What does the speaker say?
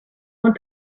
want